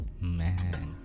man